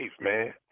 man